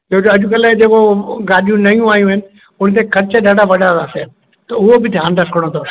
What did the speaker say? छो जो अॼुकल्ह जेको गाॾियूं नयूं आयूं आहिनि उनजा ख़र्चु ॾाढा वॾा आहिनि त उहो बि ध्यानु रखणो अथव